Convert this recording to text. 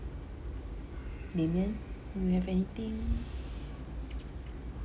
damian you have anything